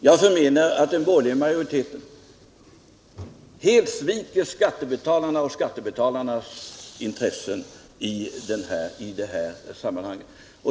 Jag menar att den borgerliga majoriteten helt sviker skattebetalarna och skattebetalarnas intresse i detta sammanhang.